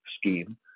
scheme